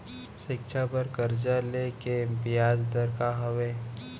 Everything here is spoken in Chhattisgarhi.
शिक्षा बर कर्जा ले के बियाज दर का हवे?